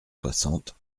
soixante